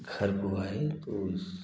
घर को आए तो उस